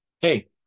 hey